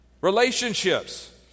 Relationships